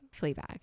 fleabag